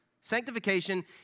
Sanctification